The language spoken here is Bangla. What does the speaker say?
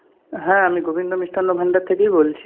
হ্যাঁ আমি গোবিন্দ মিষ্টান্ন ভান্ডার থেকেই বলছি